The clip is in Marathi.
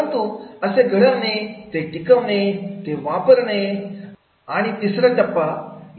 परंतु असे घडविणे ते टिकविणे ते वापरणे आणि तिसरा टप्पा याच्यापुढे घेऊन जाणे